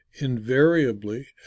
Invariably